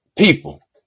People